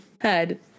head